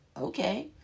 Okay